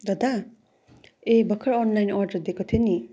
दादा ए भर्खर अनलाइन अर्डर दिएको थिएँ नि